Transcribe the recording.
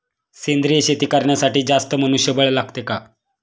सेंद्रिय शेती करण्यासाठी जास्त मनुष्यबळ लागते का?